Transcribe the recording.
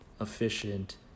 efficient